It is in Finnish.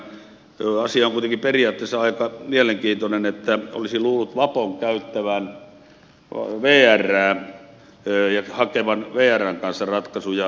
asia on kuitenkin periaatteessa aika mielenkiintoinen olisi luullut vapon käyttävän vrää ja hakevan vrn kanssa ratkaisuja